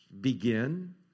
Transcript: begin